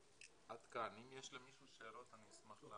עד כאן, אם יש למישהו שאלות אני אשמח לענות.